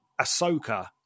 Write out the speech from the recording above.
Ahsoka